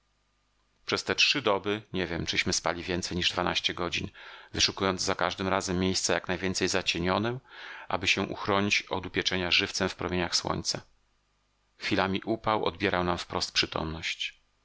przez te trzy doby nie wiem czyśmy spali więcej niż dwanaście godzin wyszukując za każdym razem miejsca jak najwięcej zacienione aby się uchronić od upieczenia żywcem w promieniach słońca chwilami upał odbierał nam wprost przytomność